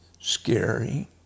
scary